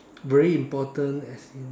really important as in